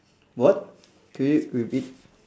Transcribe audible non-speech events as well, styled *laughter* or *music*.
*breath* what can you repeat